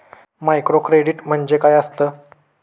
Microcredit म्हणजे काय असतं?